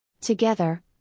Together